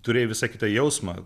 turėjai visai kitą jausmą